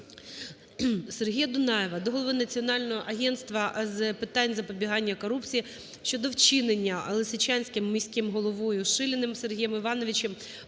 СергіяДунаєва до Голови Національного агентства з питань запобігання корупції щодо вчинення Лисичанським міським головою Шиліним Сергієм Івановичем